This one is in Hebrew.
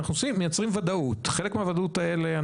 אנחנו לאט לאט מסדירים חלק גדול מהאוכלוסייה הישראלית.